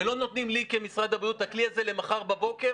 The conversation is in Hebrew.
ולא נותנים לי כמשרד הבריאות את הכלי הזה למחר בבוקר.